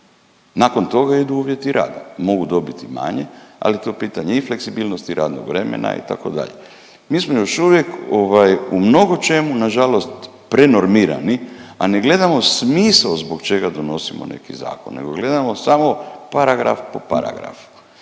Nakon toga idu uvjeti rada, mogu dobiti i manje, ali to je pitanje i fleksibilnosti radnog vremena, itd. Mi smo još uvijek ovaj u mnogočemu nažalost prenormirani, a ne gledamo smisao zbog čega donosimo neke zakone jer gledamo samo paragraf po paragraf.